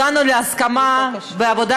הגענו להסכמה בעבודה